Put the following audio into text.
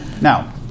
Now